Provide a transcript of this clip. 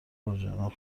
باجناق